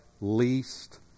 least